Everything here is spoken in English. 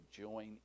join